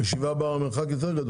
ב-7 בר המרחק יותר גדול.